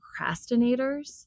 procrastinators